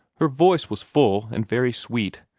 her voice was full and very sweet,